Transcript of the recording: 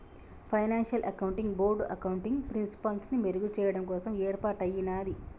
financial accounting board accounting ప్రిన్సిపల్స్ని మెరుగుచెయ్యడం కోసం యేర్పాటయ్యినాది